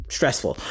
Stressful